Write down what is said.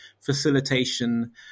facilitation